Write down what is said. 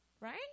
Right